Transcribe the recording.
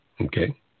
Okay